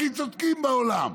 הכי צודקים בעולם,